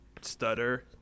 stutter